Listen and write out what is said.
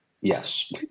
Yes